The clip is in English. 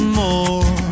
more